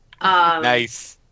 nice